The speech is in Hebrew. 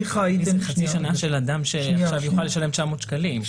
ניחא הייתם --- חצי שנה של אדם שעכשיו יוכל לשלם 900 שקלים,